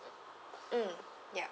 mm ya